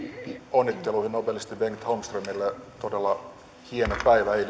onnitteluihin nobelisti bengt holmströmille eilinen päivä oli todella hieno päivä